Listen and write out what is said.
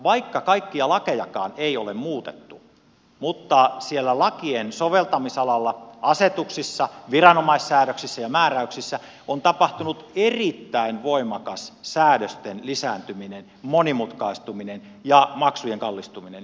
vaikka kaikkia lakejakaan ei ole muutettu siellä lakien soveltamisalalla asetuksissa viranomaissäädöksissä ja määräyksissä on tapahtunut erittäin voimakas säädösten lisääntyminen monimutkaistuminen ja maksujen kallistuminen